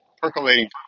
percolating